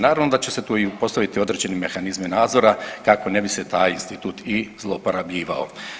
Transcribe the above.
Naravno da će se tu postaviti i određeni mehanizmi nadzora kako ne bi se taj institut i zlouporabljivao.